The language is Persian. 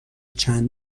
چند